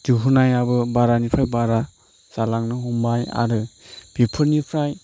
दिहुननायाबो बारानिफ्राय बारा जालांनो हमबाय आरो बेफोरनिफ्राय